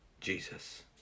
Jesus